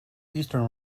eastern